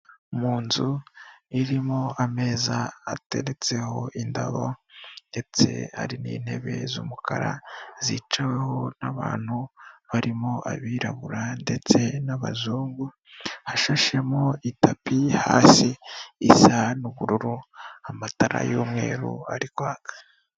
Mu nzu irimo ameza ateretseho indabo ndetse hari n'intebe z'umukara zicaweho n'abantu barimo abirabura ndetse n'abazungu, hashashemo itapi hasi isa n'ubururu, amatara y'umweru ari kwaka.